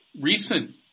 recent